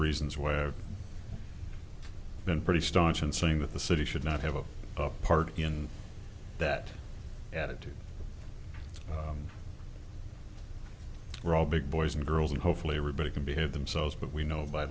reasons why i have been pretty starch in saying that the city should not have a part in that attitude we're all big boys and girls and hopefully everybody can behave themselves but we know by